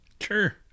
Sure